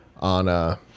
on